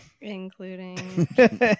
Including